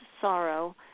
sorrow